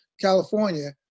California